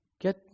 Get